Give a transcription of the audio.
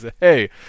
hey